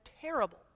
terrible